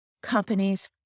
companies